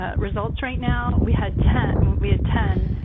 ah results right now. we had ten we had ten